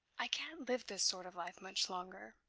i can't live this sort of life much longer,